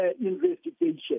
investigation